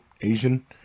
Asian